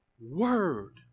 word